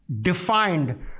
defined